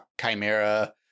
chimera